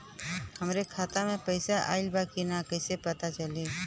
हमरे खाता में पैसा ऑइल बा कि ना कैसे पता चली?